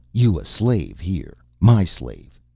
you a slave here. my slave.